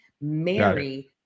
Mary